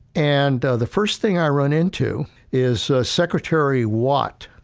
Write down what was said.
and the first thing i run into is secretary watt,